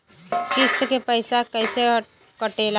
किस्त के पैसा कैसे कटेला?